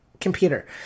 computer